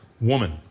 woman